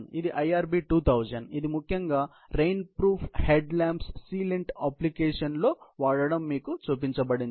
ఇదీ IRB 2000 ఇది ముఖ్యంగా rain proof head lamps sealant application లో వాడడం మీకు చూపించబడింది